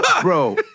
Bro